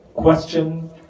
question